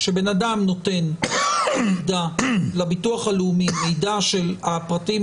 כשבן-אדם נותן לביטוח הלאומי מידע של הפרטים